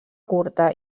curta